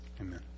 amen